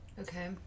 Okay